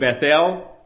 Bethel